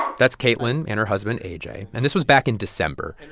that's kaitlyn and her husband a j. and this was back in december.